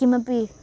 किमपि